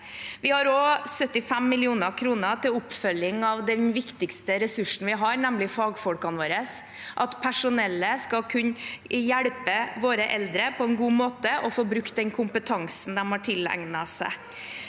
Vi har også 75 mill. kr til oppfølging av den viktigste ressursen vi har, nemlig fagfolkene våre, slik at personellet skal kunne hjelpe våre eldre på en god måte og få brukt den kompetansen de har tilegnet seg.